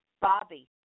Bobby